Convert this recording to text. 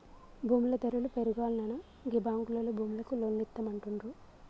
భూముల ధరలు పెరుగాల్ననా గీ బాంకులోల్లు భూములకు లోన్లిత్తమంటుండ్రు